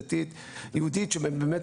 שבאמת